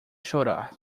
chorar